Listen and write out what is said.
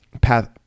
path